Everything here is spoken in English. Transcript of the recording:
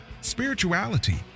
spirituality